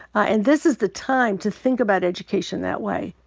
and this is the time to think about education that way.